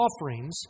offerings